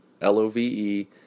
L-O-V-E